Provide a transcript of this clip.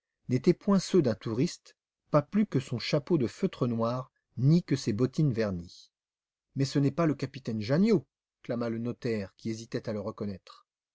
n'étaient point ceux d'un touriste pas plus que son chapeau de feutre noir ni que ses bottines vernies mais ce n'est pas le capitaine janniot clama le notaire qui hésitait à le reconnaître